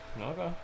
Okay